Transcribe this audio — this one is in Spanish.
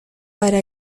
para